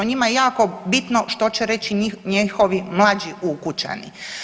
Njima je jako bitno što će reći njihovi mlađi ukućani.